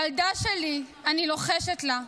ילדה שלי, אני לוחשת לה,